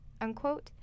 unquote